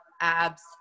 abs